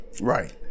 Right